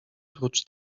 prócz